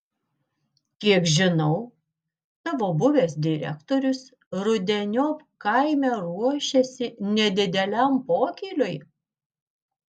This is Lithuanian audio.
kiek žinau tavo buvęs direktorius rudeniop kaime ruošiasi nedideliam pokyliui